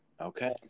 Okay